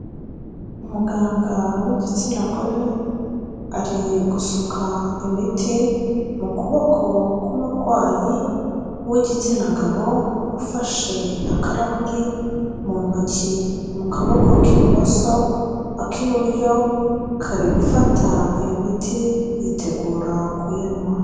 Umuganga w'igitsina gore, ari gusuka imiti mu kuboko k'umurwayi w'igitsina gabo ufashe akarahuri mu ntoki mu kaboko k'ibumoso, ak'iburyo kari gufata iyo miti yitegura kuyinywa.